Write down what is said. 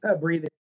breathing